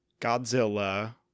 Godzilla